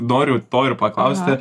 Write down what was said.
noriu to ir paklausti